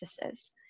practices